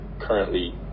currently